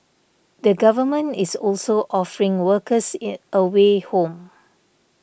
the government is also offering workers in a way home